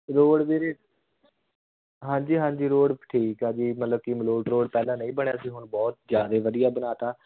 road ਵੀਰੇ ਹਾਂਜੀ ਹਾਂਜੀ ਰੋਡ ਠੀਕ ਆ ਜੀ ਮਤਲਬ ਕਿ ਮਲੋਟ ਰੋਡ ਪਹਿਲਾਂ ਨਹੀਂ ਬਣਿਆ ਸੀ ਹੁਣ ਬਹੁਤ ਜ਼ਿਆਦੇ ਵਧੀਆ ਬਣਾ ਤਾ